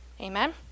Amen